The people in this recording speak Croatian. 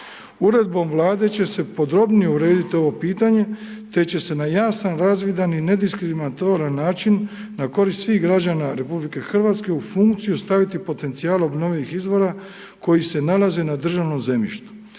Uredbom Vlade će se podrobnije urediti ovo pitanje te će se na jasan, razvidan i nediskriminatoran način na korist svih građana RH u funkciju staviti potencijal obnovljivih izvora koji se nalaze na državnom zemljištu.